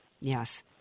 Yes